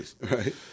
Right